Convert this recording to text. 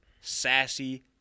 sassy